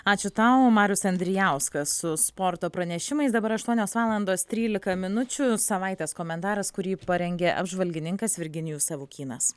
ačiū tau marius andrijauskas su sporto pranešimais dabar aštuonios valandos trylika minučių savaitės komentaras kurį parengė apžvalgininkas virginijus savukynas